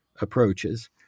approaches